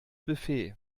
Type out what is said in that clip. buffet